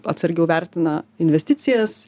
atsargiau vertina investicijas